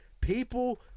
People